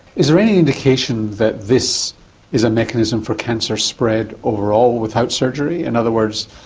is there any indication that this is a mechanism for cancer spread overall without surgery? in other words,